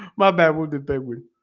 my bad will did they will